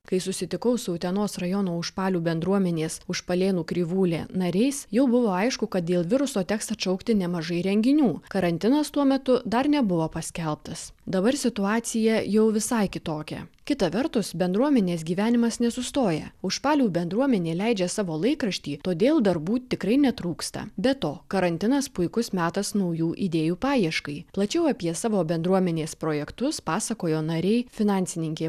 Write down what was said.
kai susitikau su utenos rajono užpalių bendruomenės užpalėnų krivūlė nariais jau buvo aišku kad dėl viruso teks atšaukti nemažai renginių karantinas tuo metu dar nebuvo paskelbtas dabar situacija jau visai kitokia kita vertus bendruomenės gyvenimas nesustoja užpalių bendruomenė leidžia savo laikraštį todėl darbų tikrai netrūksta be to karantinas puikus metas naujų idėjų paieškai plačiau apie savo bendruomenės projektus pasakojo nariai finansininkė